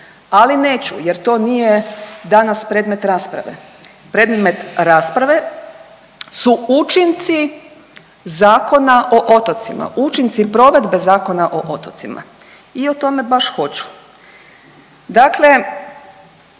ali neću jer to nije danas predmet rasprave. Predmet rasprave su učinci Zakona o otocima, učinci provedbe Zakona o otocima i o tome baš hoću.